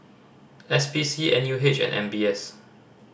S P C N U H and M B S